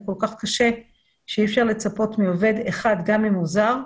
כל כך קשה שאי אפשר לצפות מעובד אחד גם אם הוא זר,